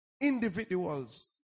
individuals